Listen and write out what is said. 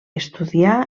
estudiar